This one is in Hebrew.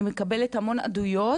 אני מקבלת המון עדויות,